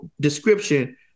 description